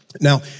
Now